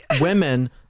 women